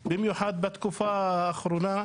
עוד יותר ובמיוחד בתקופה האחרונה,